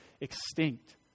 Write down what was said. extinct